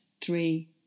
three